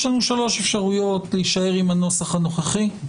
יש לנו שלוש אפשרויות: להישאר עם הנוסח הנוכחי,